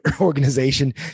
organization